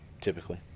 typically